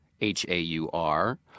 H-A-U-R